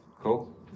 Cool